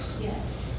Yes